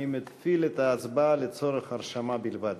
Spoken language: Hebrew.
אני מפעיל את ההצבעה לצורך הרשמה בלבד.